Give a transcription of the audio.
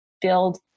build